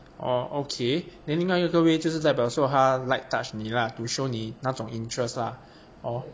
oh okay then 另外一个 way 就是代表说她 light touch 你啦 to show 你那种 interest lah hor